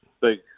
big